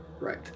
Right